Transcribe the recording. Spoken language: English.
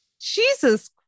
jesus